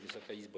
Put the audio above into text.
Wysoka Izbo!